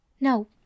no